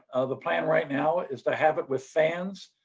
the plan right now is to have it with fans.